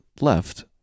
left